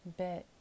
bit